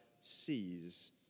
sees